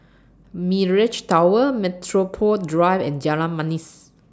Mirage Tower Metropole Drive and Jalan Manis